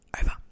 Over